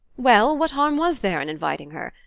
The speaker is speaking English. well what harm was there in inviting her?